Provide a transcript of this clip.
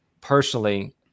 personally